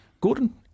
Gordon